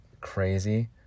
crazy